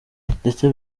ndetse